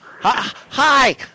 hi